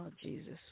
Jesus